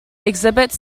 exhibits